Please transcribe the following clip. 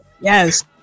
yes